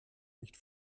nicht